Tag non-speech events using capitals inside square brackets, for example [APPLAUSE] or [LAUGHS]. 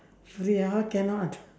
free ah !huh! cannot [LAUGHS]